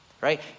right